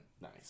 Nice